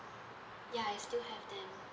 ya I still have them